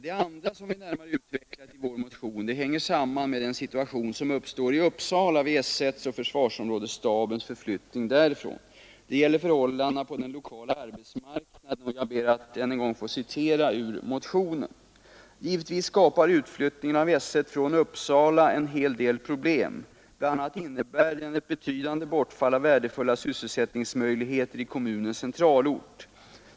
Det andra som vi närmare utvecklat i vår motion hänger samman med den situation som uppstår i Uppsala vid S 1:s och försvarsområdesstabens förflyttning därifrån. Det gäller förhållandena på den lokala arbetsmarknaden. Jag ber än en gång att få citera ur motionen: ”Givetvis skapar utflyttningen av S 1 från Uppsala en hel del problem. Bl. a. innebär den ett betydande bortfall av värdefulla sysselsättningsmöjligheter i kommunens centralort.